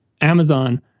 Amazon